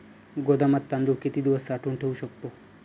गोदामात तांदूळ किती दिवस साठवून ठेवू शकतो?